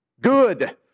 good